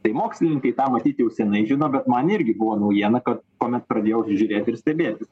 tai mokslininkai tą matyt jau senai žino bet man irgi buvo naujiena kad kuomet pradėjau žiūrėti ir stebėtis